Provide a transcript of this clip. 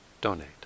donate